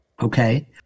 Okay